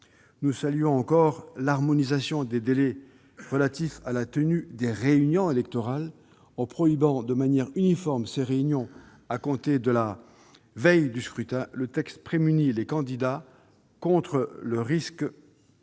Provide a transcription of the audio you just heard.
Nous saluons encore l'harmonisation des délais relatifs à la tenue des réunions électorales. En prohibant de manière uniforme ces réunions à compter de la veille du scrutin, le texte prémunit les candidats contre le risque de